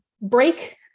Break